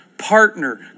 partner